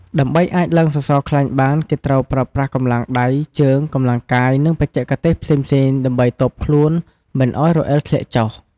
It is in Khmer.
ដើម្បីអាចឡើងសសរខ្លាញ់បានគេត្រូវប្រើប្រាស់កម្លាំងដៃជើង កម្លាំងកាយ និងបច្ចេកទេសផ្សេងៗដើម្បីទប់ខ្លួនមិនឱ្យរអិលធ្លាក់ចុះ។